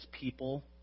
people